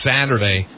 Saturday